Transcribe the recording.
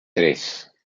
tres